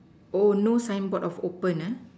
oh no signboard of open ah